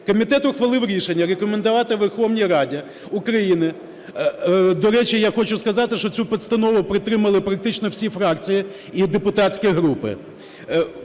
Комітет ухвалив рішення рекомендувати Верховній Раді України (до речі, я хочу сказати, що цю постанову підтримали практично всі фракції і депутатські групи)